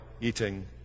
eating